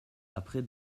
après